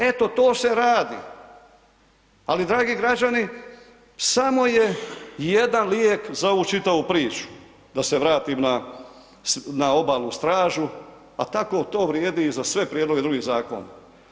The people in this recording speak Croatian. Eto to se radi, ali dragi građani samo je jedan lijek za ovu čitavu priču da se vratim na obalnu stražu a tako to vrijedi i za sve prijedloge drugih zakona.